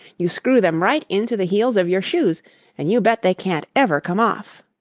you screw them right into the heels of your shoes and you bet they can't ever come off.